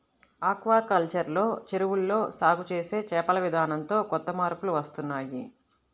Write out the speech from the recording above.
aquaculture లో చెరువుల్లో సాగు చేసే చేపల విధానంతో కొత్త మార్పులు వస్తున్నాయ్